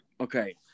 Okay